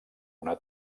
una